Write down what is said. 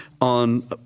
on